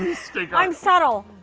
i'm subtle.